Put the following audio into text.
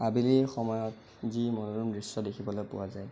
আবেলিৰ সময়ত যি মনোৰম দৃশ্য দেখিবলৈ পোৱা যায়